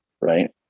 right